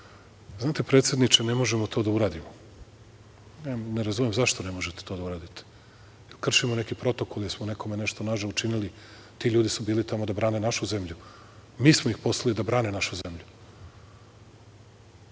Znate, predsedniče, ne možemo to da uradimo. Ne razumem, zašto ne možete to da uradite. Da li kršimo neki protokol? Da li smo nekome nešto nažao učinili? Ti ljudi su bili tamo da brane našu zemlju. Mi smo ih poslali da brane našu zemlju.